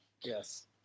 Yes